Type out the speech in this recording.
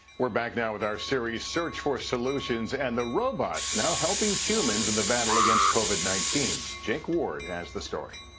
we're back now with our series search for solutions and the robots now helping humans in the battle against covid nineteen. jake ward has the story.